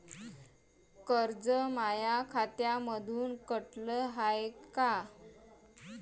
कर्ज माया खात्यामंधून कटलं हाय का?